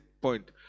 point